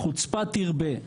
החוצפה תרבה.